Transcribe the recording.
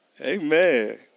Amen